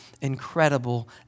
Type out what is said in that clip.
incredible